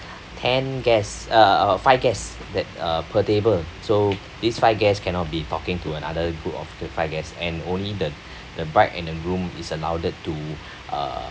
ten guests uh uh uh five guests that uh per table so this five guests cannot be talking to another group of the five guest and only the the bride and the groom is allowed to uh